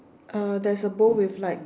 uh there is a bowl with like